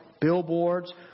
billboards